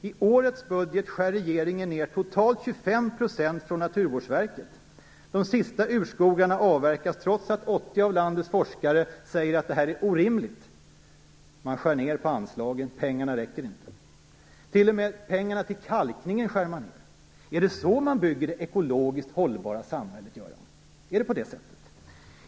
I årets budget skär regeringen ned totalt 25 % för Naturvårdsverket. De sista urskogarna avverkas, trots att 80 av landets skogsforskare säger att detta är orimligt. Man skär ned på anslagen, pengarna räcker inte. T.o.m. pengarna till kalkning skär man ned. Är det så man bygger det ekologiskt hållbara samhället, Göran Persson?